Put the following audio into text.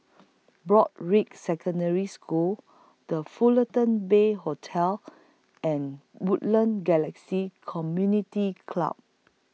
Broadrick Secondary School The Fullerton Bay Hotel and Woodlands Galaxy Community Club